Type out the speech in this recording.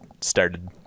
started